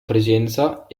presenza